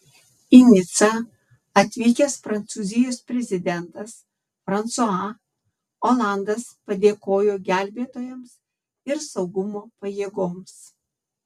į nicą atvykęs prancūzijos prezidentas fransua olandas padėkojo gelbėtojams ir saugumo pajėgoms